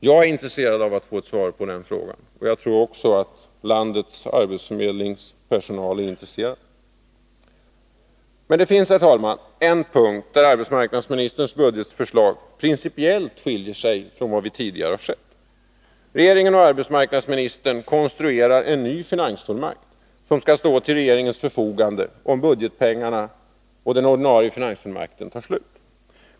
Jag är intresserad av att få ett svar på den frågan, och det tror jag att också landets arbetsförmedlingspersonal är intresserad av. Men, herr talman, på en punkt skiljer sig arbetsmarknadsministerns budgetförslag principiellt från vad vi tidigare har sett. Regeringen och arbetsmarknadsministern konstruerar en ny finansfullmakt som skall stå till regeringens förfogande om budgetpengarna och den ordinarie finansfullmakten upphör.